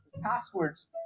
passwords